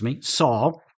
Saul